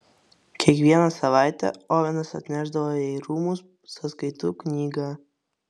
kiekvieną savaitę ovenas atnešdavo jai rūmų sąskaitų knygą